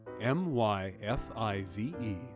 M-Y-F-I-V-E